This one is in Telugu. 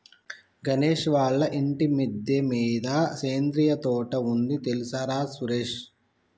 గణేష్ వాళ్ళ ఇంటి మిద్దె మీద సేంద్రియ తోట ఉంది తెల్సార సురేష్